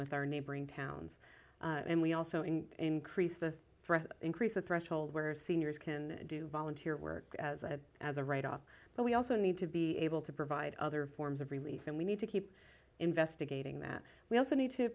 with our neighboring towns and we also in increase the threat increase the threshold where seniors can do volunteer work as a write off but we also need to be able to provide other forms of relief and we need to keep investigating that we also need to